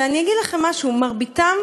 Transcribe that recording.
ואני אגיד לכם משהו: מרביתם,